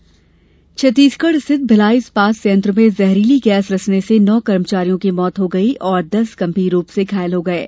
भिलाई हादसा छत्तीसगढ़ स्थित भिलाई इस्पात संयंत्र में जहरीली गैस रिसने से नो कर्मचारियों की मौत हो गई और दस गंभीर रूप से घायल हुये